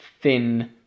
thin